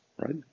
right